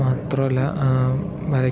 മാത്രം അല്ല വര